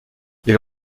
ils